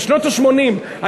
בשנות ה-80,